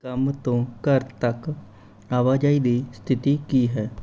ਕੰਮ ਤੋਂ ਘਰ ਤੱਕ ਆਵਾਜਾਈ ਦੀ ਸਥਿਤੀ ਕੀ ਹੈ